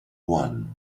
one